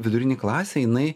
vidurinė klasė jinai